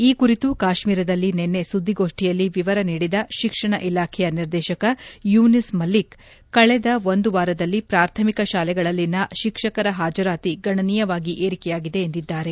ಈ ಕುರಿತು ಕಾಶ್ಮೀರದಲ್ಲಿ ನಿನ್ನೆ ಸುದ್ದಿಗೋಷ್ನಿಯಲ್ಲಿ ವಿವರ ನೀಡಿದ ಶಿಕ್ಷಣ ಇಲಾಖೆಯ ನಿರ್ದೇಶಕ ಯೂನಿಸ್ ಮಲ್ಲಿಕ್ ಕಳೆದ ಒಂದು ವಾರದಲ್ಲಿ ಪ್ರಾಥಮಿಕ ಶಾಲೆಗಳಲ್ಲಿನ ಶಿಕ್ಷಕರ ಹಾಜರಾತಿ ಗಣನೀಯವಾಗಿ ಏರಿಕೆಯಾಗಿದೆ ಎಂದಿದ್ದಾರೆ